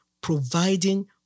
providing